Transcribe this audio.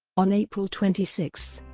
on april twenty six,